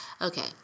Okay